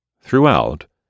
Throughout